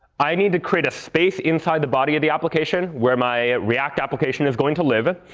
i need to create a space inside the body of the application where my react application is going to live.